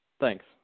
Thanks